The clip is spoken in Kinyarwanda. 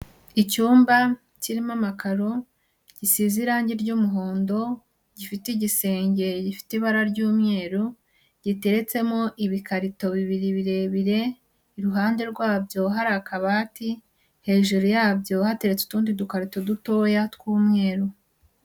Icyumba kirimo amakaro, gisize irangi ry'umuhondo, gifite igisenge gifite ibara ry'umweru, giteretsemo ibikarito bibiri birebire, iruhande rwabyo hari akabati, hejuru yabyo hateretse utundi dukarito dutoya tw'umweru.